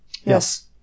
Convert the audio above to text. Yes